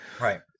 Right